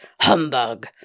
humbug